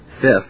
Fifth